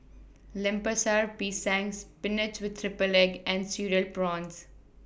Lemper Sara Pisang Spinach with Triple Egg and Cereal Prawns